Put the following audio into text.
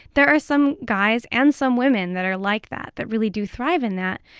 there are some guys and some women that are like that, that really do thrive in that.